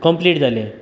complete जालें